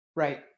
Right